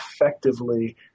effectively